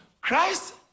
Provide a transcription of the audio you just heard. Christ